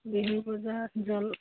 বিহু বজাৰ